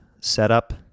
setup